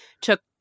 took